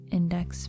Index